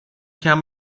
kam